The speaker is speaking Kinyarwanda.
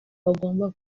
bagomba